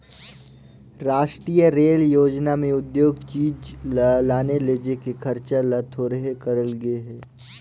रास्टीय रेल योजना में उद्योग चीच ल लाने लेजे के खरचा ल थोरहें करल गे हे